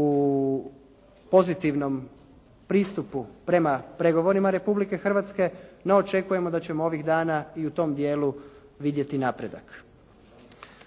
u pozitivnom pristupu prema pregovorima Republike Hrvatske no očekujemo da ćemo ovih dana i u tom dijelu vidjeti napredak.